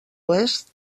oest